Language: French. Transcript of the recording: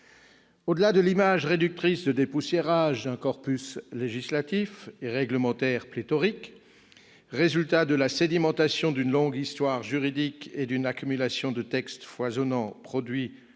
Au-delà de l'image réductrice de « dépoussiérage » d'un corpus législatif et réglementaire pléthorique, résultat de la sédimentation d'une longue histoire juridique et d'une accumulation de textes foisonnants produits par de